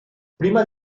prima